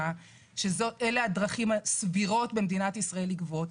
שאלו הדרכים הסבירות במדינת ישראל לגבות,